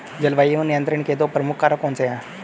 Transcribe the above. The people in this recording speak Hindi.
जलवायु नियंत्रण के दो प्रमुख कारक कौन से हैं?